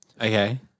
Okay